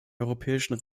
europäischen